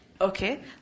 Okay